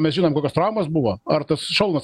mes žinom kokios traumos buvo ar tas šalmas